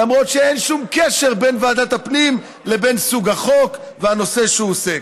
למרות שאין שום קשר בין ועדת הפנים לבין סוג החוק והנושא שהוא עוסק.